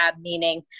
meaning